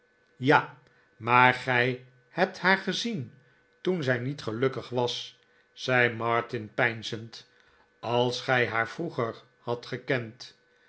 ja maar gij hebt haar gezien toen zij niet gehikkig was zei martin peinzend als gij haar vroeger hadt gekend